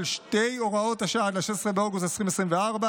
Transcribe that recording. שתי הוראות השעה עד ל-16 באוגוסט 2024,